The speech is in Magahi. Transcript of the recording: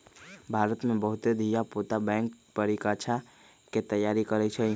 भारत में बहुते धिया पुता बैंक परीकछा के तैयारी करइ छइ